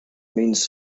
means